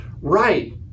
right